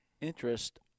interest